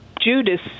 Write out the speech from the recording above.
Judas